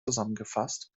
zusammengefasst